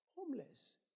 Homeless